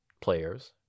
players